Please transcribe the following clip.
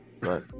Right